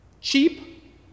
cheap